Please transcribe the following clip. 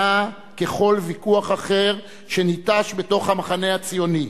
ככל ויכוח אחר שניטש בתוך המחנה הציוני,